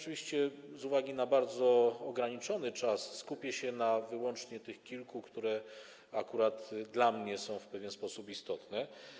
Z uwagi na bardzo ograniczony czas skupię się wyłącznie na tych kilku, które akurat dla mnie są w pewien sposób istotne.